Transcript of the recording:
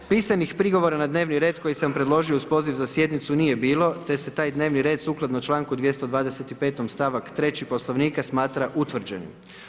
Pisanih prigovora na dnevni red koji sam predložio uz poziv za sjednicu nije bilo te se taj dnevni red sukladno čl. 225., st. 3. Poslovnika smatra utvrđenim.